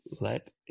let